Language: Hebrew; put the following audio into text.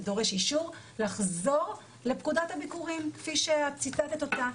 זה דורש אישור לחזור לפקודת הביקורים כפי שאת ציטטת אותה,